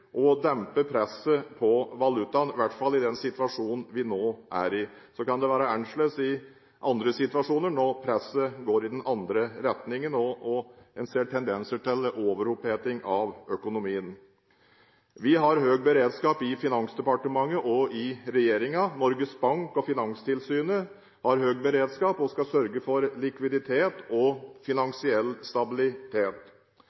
skal dempe presset på valutaen, i hvert fall i den situasjonen vi nå er i. Så kan det være annerledes i andre situasjoner, når presset går i den andre retningen og en ser tendenser til overoppheting av økonomien. Vi har høy beredskap i Finansdepartementet og i regjeringen. Norges Bank og Finanstilsynet har høy beredskap og skal sørge for likviditet og